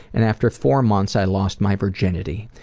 and after four months i lost my virginity.